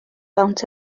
lawnt